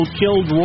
killed